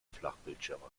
flachbildschirme